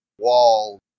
wall